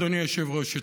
אדוני היושב-ראש,